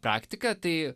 praktiką tai